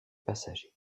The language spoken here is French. passagers